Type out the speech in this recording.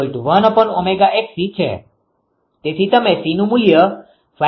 તેથી તમે Cનુ મુલ્ય 517